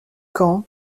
quand